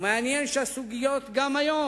מעניין שגם היום